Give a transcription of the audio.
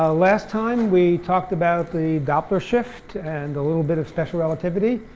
ah last time we talked about the doppler shift and a little bit of special relativity.